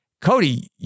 Cody